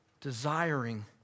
desiring